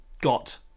got